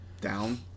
down